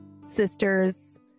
sisters